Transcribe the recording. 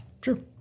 True